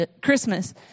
Christmas